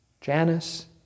Janice